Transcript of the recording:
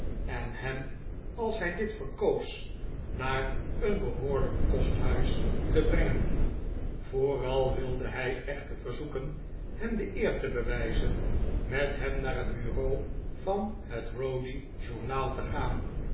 en hem als hij dit verkoos naar een behoorlijk kosthuis te brengen vooral wilde hij echter verzoeken hem de eer te bewijzen met hem naar het bureau van het rowdy journal te gaan